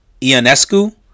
ionescu